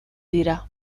dira